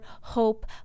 hope